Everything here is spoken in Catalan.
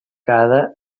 cara